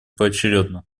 поочередно